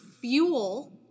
fuel